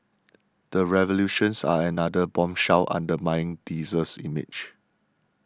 the revelations are another bombshell undermining diesel's image